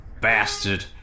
bastard